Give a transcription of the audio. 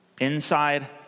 inside